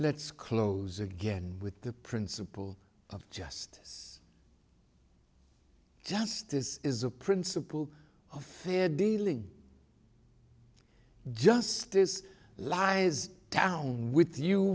let's close again with the principle of justice justice is a principle of fair dealing justice lies down with you